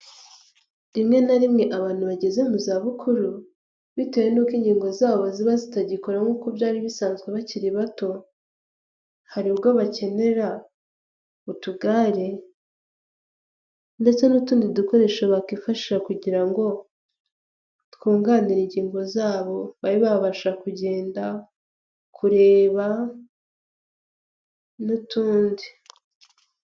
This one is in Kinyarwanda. Rimwe na rimwe abantu bageze mu za bukuru bitewe n'uko ingingo zabo ziba zitagikora nkuko'uko byari bisanzwe bakiri bato, hari ubwo bakenera utugare ndetse n'utundi dukoresho bakifashisha kugira ngo twunganire ingingo zabo babe babasha kugenda kureba n'utundi.